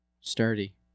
sturdy